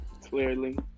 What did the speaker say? Clearly